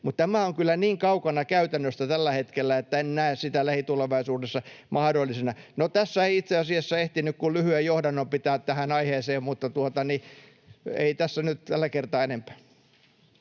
tämä on kyllä niin kaukana käytännöstä tällä hetkellä, että en näe sitä lähitulevaisuudessa mahdollisena. Tässä ei itse asiassa ehtinyt kuin lyhyen johdannon pitää tähän aiheeseen, mutta ei tässä nyt tällä kertaa enempää.